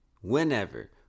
Whenever